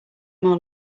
more